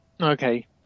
Okay